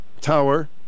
tower